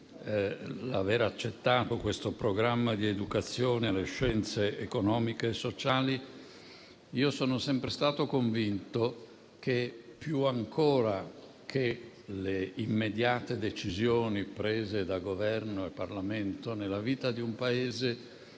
aver accettato questo programma di educazione alle scienze economiche e sociali. Sono sempre stato convinto che, più ancora che le immediate decisioni prese da Governo e Parlamento, nella vita di un Paese